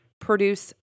Produce